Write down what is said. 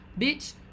bitch